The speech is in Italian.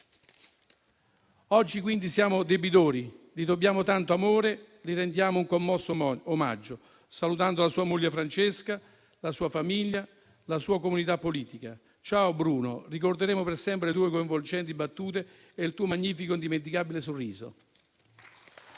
Oggi, quindi, gli siamo debitori, gli dobbiamo tanto amore e gli rendiamo un commosso omaggio, salutando sua moglie Francesca, la sua famiglia e la sua comunità politica. Ciao Bruno, ricorderemo per sempre le tue coinvolgenti battute e il tuo magnifico, indimenticabile sorriso.